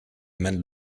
meant